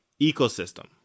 ecosystem